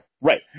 Right